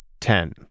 ten